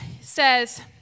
says